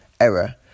error